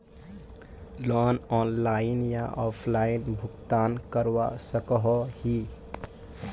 Loan online या offline भुगतान करवा सकोहो ही?